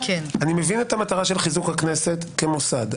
אני מבין את המטרה של חיזוק הכנסת כמוסד,